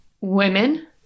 women